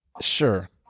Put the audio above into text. Sure